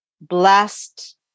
blessed